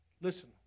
Listen